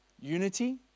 Unity